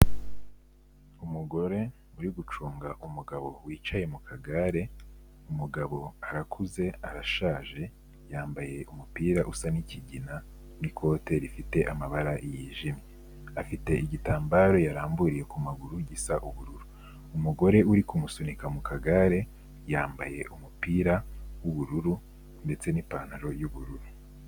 Umugore uri gucunga umugabo wicaye mu kagare, umugabo arakuze arashaje, yambaye umupira usa n'ikigina n'ikote rifite amabara yijimye. Afite igitambaro yaramburiye ku maguru gisa ubururu. Umugore uri kumusunika mu kagare yambaye umupira w'ubururu ndetse n'ipantaro y'ubururu.